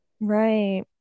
Right